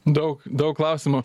daug daug klausimų